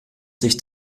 sich